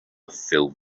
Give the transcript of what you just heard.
filled